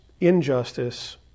injustice